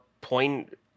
point